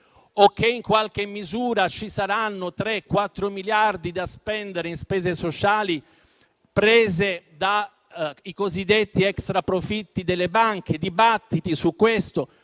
o che, in qualche misura, ci saranno 3-4 miliardi da spendere in spese sociali, prese da i cosiddetti extraprofitti delle banche. Dibattiti, prese